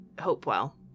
Hopewell